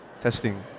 testing